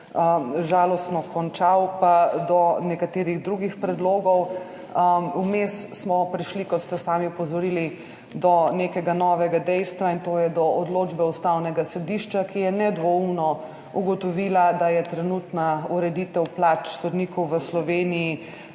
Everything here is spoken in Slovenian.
žalostno končal, pa do nekaterih drugih predlogov. Vmes smo prišli, kot ste sami opozorili, do nekega novega dejstva, to je do odločbe Ustavnega sodišča, ki je nedvoumno ugotovilo, da je trenutna ureditev plač sodnikov v Sloveniji,